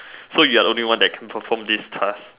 so you're the only one that can perform this task